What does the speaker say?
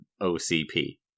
OCP